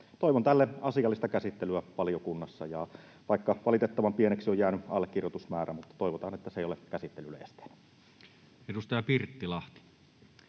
Toivon tälle asiallista käsittelyä valiokunnassa, ja vaikka valitettavan pieneksi on jäänyt allekirjoitusmäärä, niin toivotaan, että se ei ole käsittelylle esteenä. Arvoisa